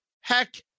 heck